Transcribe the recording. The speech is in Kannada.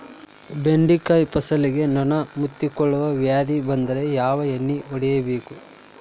ಬೆಂಡೆಕಾಯ ಫಸಲಿಗೆ ನೊಣ ಮುತ್ತಿಕೊಳ್ಳುವ ವ್ಯಾಧಿ ಬಂದ್ರ ಯಾವ ಎಣ್ಣಿ ಹೊಡಿಯಬೇಕು?